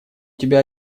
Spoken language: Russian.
тебя